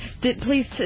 please